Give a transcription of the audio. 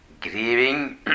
grieving